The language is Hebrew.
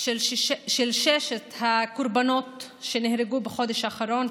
של ששת הקורבנות שנהרגו בחודש האחרון,